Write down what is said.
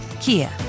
Kia